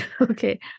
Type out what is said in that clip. okay